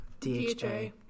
DHJ